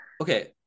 okay